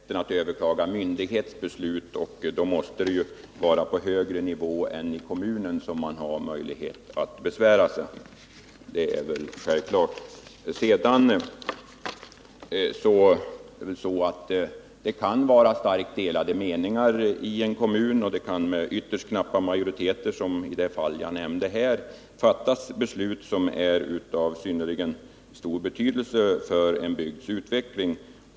Herr talman! Vad jag citerade gällde rätt att överklaga myndighetsbeslut, och prövningen av ett sådant måste självfallet ske på en högre nivå än inom kommunen. Det kan vidare vara starkt delade meningar i en kommun. Det kan — som i det fall jag nämnde — med ytterst knapp majoritet fattas beslut av synnerligen stor betydelse för en bygds utveckling.